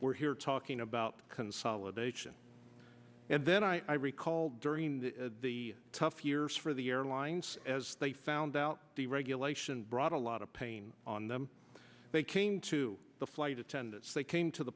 we're here talking about consolidation and the and i recall during the tough years for the airlines as they found out deregulation brought a lot of pain on them they came to the flight attendants they came t